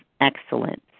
excellence